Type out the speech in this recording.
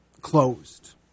closed